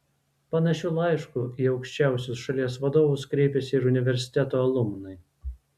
panašiu laišku į aukščiausius šalies vadovus kreipėsi ir universiteto alumnai